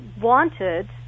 wanted